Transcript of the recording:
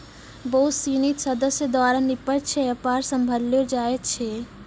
बहुत सिनी सदस्य द्वारा निष्पक्ष व्यापार सम्भाललो जाय छै